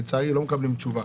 לצערי, לא מקבלים תשובה.